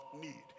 need